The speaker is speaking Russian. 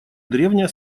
древняя